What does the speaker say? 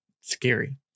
Scary